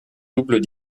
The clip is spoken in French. double